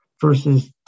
versus